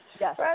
Yes